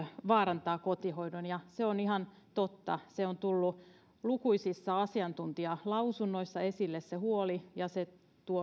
vaarantaa kotihoidon ja se on ihan totta se huoli on tullut lukuisissa asiantuntijalausunnoissa esille ja se